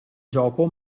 gioco